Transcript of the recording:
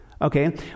Okay